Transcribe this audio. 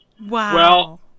Wow